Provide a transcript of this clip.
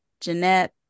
Jeanette